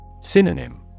Synonym